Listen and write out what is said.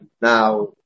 now